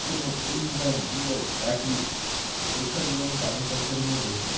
কোনো এগজ্যাম বা চাকরির পরীক্ষার জন্য আমি কারেন্ট অ্যাফেয়ার্সগুলো দেখি